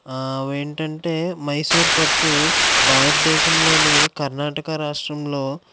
అవి ఏంటంటే మైసూరు పట్టు భారత దేశంలోని కర్ణాటక రాష్ట్రంలో